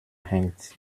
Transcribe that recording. hängt